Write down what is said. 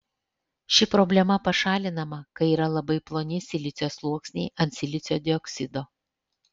ši problema pašalinama kai yra labai ploni silicio sluoksniai ant silicio dioksido